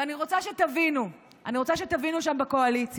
ואני רוצה שתבינו, אני רוצה שתבינו שם בקואליציה,